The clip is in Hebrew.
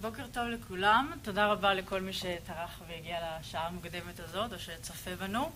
בוקר טוב לכולם, תודה רבה לכל מי שטרח והגיע לשעה המוקדמת הזאת או שצופה בנו.